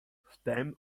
wtem